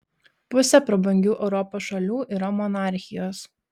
pusė prabangių europos šalių yra monarchijos